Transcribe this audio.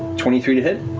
twenty three to hit.